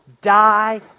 die